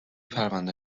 پرونده